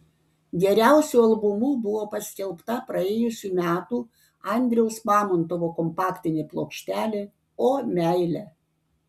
geriausiu albumu buvo paskelbta praėjusių metų andriaus mamontovo kompaktinė plokštelė o meile